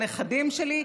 הנכדים שלי,